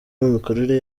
imikorere